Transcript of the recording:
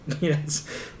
Yes